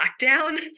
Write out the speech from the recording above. lockdown